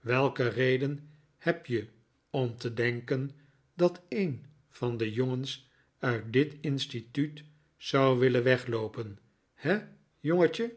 welke reden heb je om te denken dat een van de jongens uit dit instituut zou willen wegloopen he jongetje